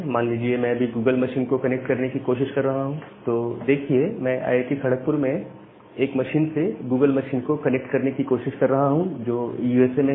मान लीजिए मैं अभी गूगल मशीन को कनेक्ट करने की कोशिश कर रहा हूं तो देखिए मैं आईआईटी खड़कपुर में एक मशीन से गूगल मशीन को कनेक्ट कर रहा हूं जो कि यूएसए में है